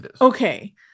Okay